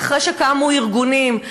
רק אחרי שקמו ארגונים,